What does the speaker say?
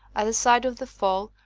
at the side of the fall,